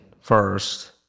first